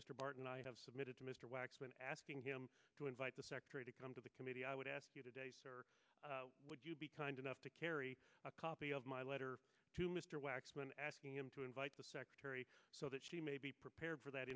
mr barton i have submitted to mr waxman asking him to invite the secretary to come to the committee i would ask you today sir would you be kind enough to carry a copy of my letter to mr waxman asking him to invite the secretary so that she may be prepared for that